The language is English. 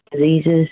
diseases